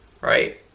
right